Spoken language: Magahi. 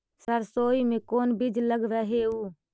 सरसोई मे कोन बीज लग रहेउ?